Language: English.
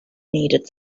needed